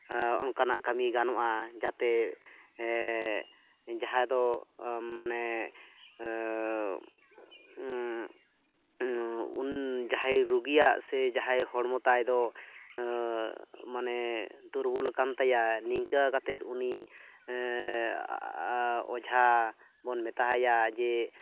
ᱚᱱᱠᱟᱱᱟᱜ ᱠᱟᱹᱢᱤ ᱜᱟᱱᱚᱜᱼᱟ ᱡᱟᱛᱮ ᱡᱟᱦᱟᱸᱭ ᱫᱚ ᱢᱟᱱᱮ ᱩᱱ ᱡᱟᱦᱟᱸᱭ ᱨᱩᱜᱤᱭᱟᱜ ᱥᱮ ᱡᱟᱦᱟᱸᱭ ᱦᱚᱲᱢᱚ ᱛᱟᱭᱫᱚ ᱢᱟᱱᱮ ᱫᱩᱨᱵᱚᱞ ᱟᱠᱟᱱ ᱛᱟᱭᱟ ᱱᱤᱝᱠᱟᱹ ᱠᱟᱛᱮ ᱩᱱᱤ ᱚᱡᱷᱟ ᱵᱚᱱ ᱢᱮᱛᱟ ᱟᱭᱟ ᱡᱮ